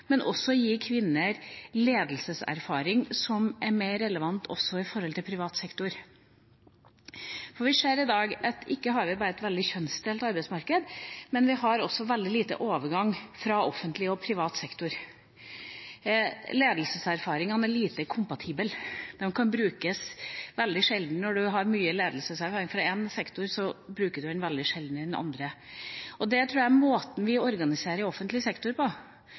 men vi har også veldig liten overgang fra offentlig til privat sektor. Ledelseserfaringa er lite kompatibel – når man har mye ledelseserfaring fra en sektor, bruker man den veldig sjelden i den andre. Det tror jeg skyldes måten vi organiserer offentlig sektor på.